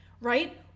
right